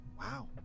Wow